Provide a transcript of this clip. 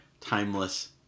timeless